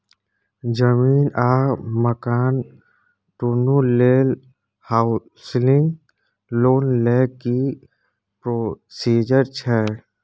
जमीन आ मकान दुनू लेल हॉउसिंग लोन लै के की प्रोसीजर छै?